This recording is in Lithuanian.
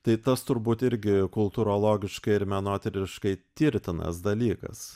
tai tas turbūt irgi kultūrologiškai ir menotyriškai tirtinas dalykas